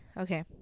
Okay